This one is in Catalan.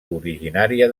originària